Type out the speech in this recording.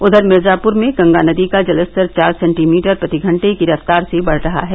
उधर मिर्ज़ापुर में गंगा नदी का जलस्तर चार सेंटीमीटर प्रति घंटे की रफ़्तार से बढ़ रहा है